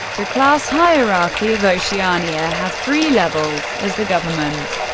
the class hierarchy of oceania has three levels as the government,